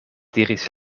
diris